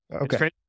okay